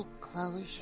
closure